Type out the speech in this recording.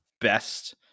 best